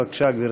בבקשה, גברתי.